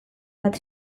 bat